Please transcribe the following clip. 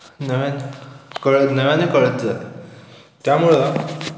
नव्याने कळत नव्याने कळत जाते त्यामुळं